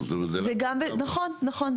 נכון,